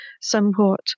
somewhat